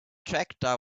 tractor